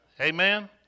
Amen